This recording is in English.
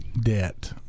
debt